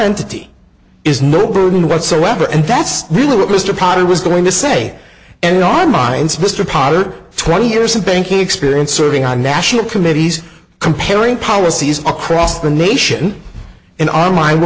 current is no burden whatsoever and that's really what mr potter was going to say and in our minds mr pollard twenty years of banking experience serving on national committees comparing policies across the nation in our mind we